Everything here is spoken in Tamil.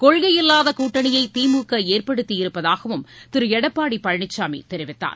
கொள்கையில்லாத கூட்டணியை திமுக ஏற்படுத்தி இருப்பதாகவும் திரு எடப்பாடி பழனிசாமி தெரிவித்தார்